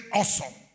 awesome